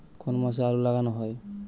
কোন মাসে আলু লাগানো হয়?